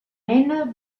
nena